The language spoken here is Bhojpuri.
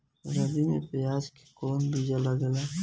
रबी में प्याज के कौन बीया लागेला?